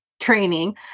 training